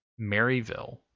Maryville